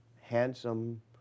handsome